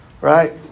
right